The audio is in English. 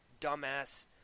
dumbass